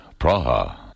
Praha